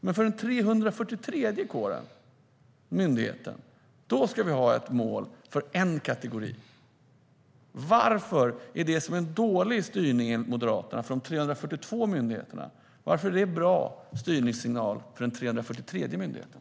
Men för den 343:e myndigheten ska vi ha ett mål för en kategori. Varför är det som är dålig styrning enligt Moderaterna för 342 myndigheter en bra styrningssignal för den 343:e myndigheten?